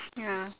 ya